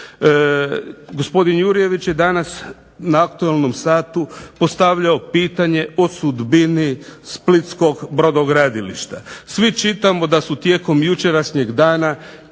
Gospodin Jurjević je danas na Aktualnom satu postavljao pitanje o sudbini Splitskog brodogradilišta. Svi čitamo da su tijekom jučerašnjeg dana